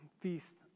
feast